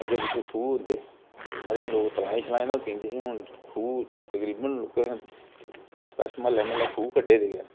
अग्गें पिच्छें खूह् होंदे पैह्ले लोक तलाएं शलाएं दा बी पींदे हे ते हून खूह् तकरीबन लोकें कच्छ कच्छ म्हल्ले म्हल्ले खूह् कड्ढे दे गै न